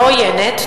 לא עוינת,